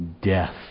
death